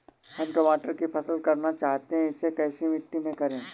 हम टमाटर की फसल करना चाहते हैं इसे कैसी मिट्टी में करें?